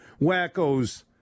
wackos